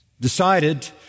decided